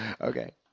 Okay